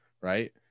Right